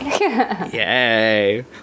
Yay